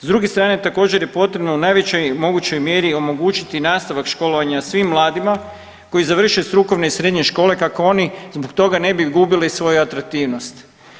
S druge strane također je potrebno u najvećoj mogućoj mjeri omogućiti nastavak školovanja svim mladima koji završe strukovne i srednje škole kako oni zbog toga ne bi gubili svoju atraktivnost.